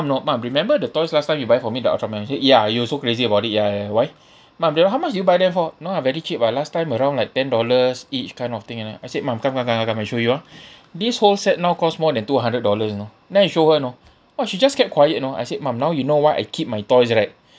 remember the toys last time you buy for me the ultraman she said ya you were so crazy about it ya ya ya why mum that [one] how much did you buy them for no ah very cheap ah last time around like ten dollars each kind of thing you know I said mum come come come come come I show you ah this whole set now costs more than two hundred dollars you know then I show her you know !wah! she just kept quiet you know I said mum now you know why I keep my toys right